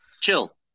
chill